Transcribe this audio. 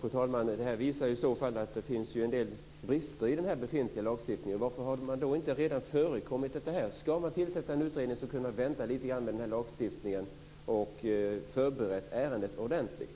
Fru talman! Det visar i så fall att det finns en del brister i den befintliga lagstiftningen. Varför har man då inte redan förekommit detta? Ska man tillsätta en utredning så kunde man ha väntat lite grann med den här lagstiftningen och förberett ärendet ordentligt.